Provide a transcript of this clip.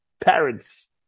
parents